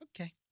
Okay